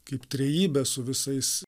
kaip trejybę su visais